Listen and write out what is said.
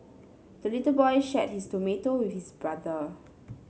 the little boy shared his tomato with his brother